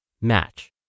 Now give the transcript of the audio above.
match